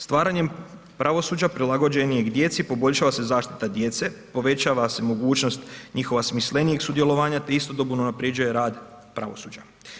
Stvaranjem pravosuđa, prilagođen je i djeci, poboljšava se i zaštita djece, povećava se mogućnost njihova smislenijeg sudjelovanja te istodobno unaprjeđuje rad pravosuđa.